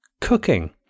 cooking